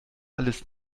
alles